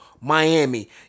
Miami